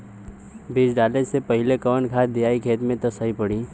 बीज डाले से पहिले कवन खाद्य दियायी खेत में त सही पड़ी?